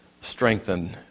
strengthen